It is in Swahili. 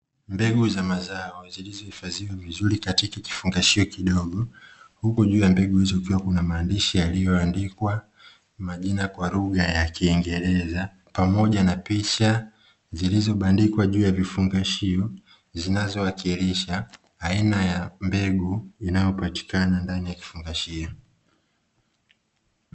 Mbegu za mazao, zilizohifadhiwa vizuri katika kifungashio kidogo, huku juu ya mbegu hizo kukiwa kuna maandishi yaliyoandikwa majina kwa lugha ya kiingereza pamoja na picha zilizobandikwa juu ya kifungashio, zinazowakilisha aina ya mbegu inayopatikana ndani ya kifungashio.